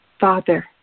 Father